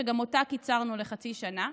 שגם אותה קיצרנו לחצי שנה,